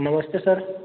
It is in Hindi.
नमस्ते सर